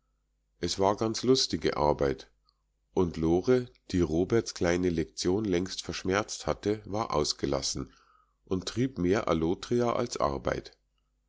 es war ganz lustige arbeit und lore die roberts kleine lektion längst verschmerzt hatte war ausgelassen und trieb mehr allotria als arbeit